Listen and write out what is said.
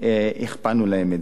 הכפלנו להם את זה.